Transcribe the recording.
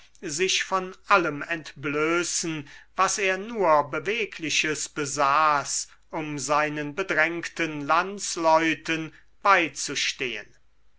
sich von allem entblößen was er nur bewegliches besaß um seinen bedrängten landsleuten beizustehen